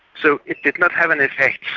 so it did not have an effect.